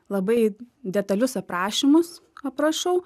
labai detalius aprašymus aprašau